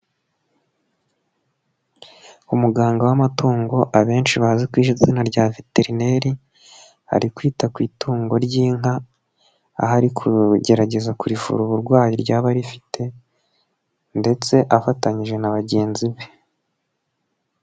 Umuganga w'amatungo abenshi bazi ku izina rya viterineri, ari kwita ku itungo ry'inka, aho ari kugerageza kurivura uburwayi ryaba rifite ndetse afatanyije na bagenzi be.